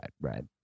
right